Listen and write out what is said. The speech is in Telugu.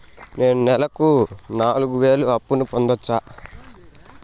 నేను నెలకు నాలుగు వేలు అప్పును పొందొచ్చా?